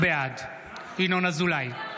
בעד ינון אזולאי,